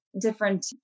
different